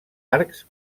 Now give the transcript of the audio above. arcs